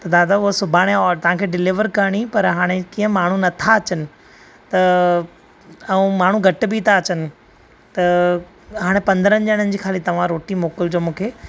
त दादा हुअ सुभाणे तव्हांखे ॾिलिवर करिणी परि हाणे कीअं माण्हूं न था अचनि त ऐं माण्हूं घटि बि था अचनि त हाणे पंद्रनि ॼणनि जी तव्हां रोटी मोकिलजो मूंखे